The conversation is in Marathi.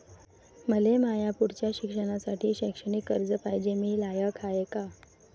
मले माया पुढच्या शिक्षणासाठी शैक्षणिक कर्ज पायजे, मी लायक हाय का?